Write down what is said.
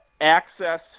access